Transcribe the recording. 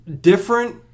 different